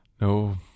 no